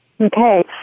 Okay